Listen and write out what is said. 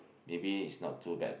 maybe it's not too bad